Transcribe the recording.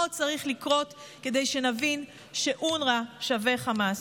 מה עוד צריך לקרות כדי שנבין שאונר"א שווה חמאס?